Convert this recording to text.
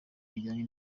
bijyanye